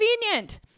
convenient